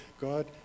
God